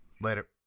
Later